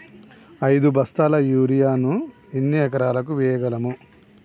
ఐదు బస్తాల యూరియా ను ఎన్ని ఎకరాలకు వేయగలము?